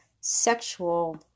sexual